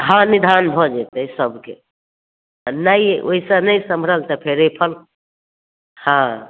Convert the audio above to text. हाँ निदान भऽ जयतै सभके नहि ओहिसँ नहि सम्हरल तऽ फेर रेफर हाँ